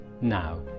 now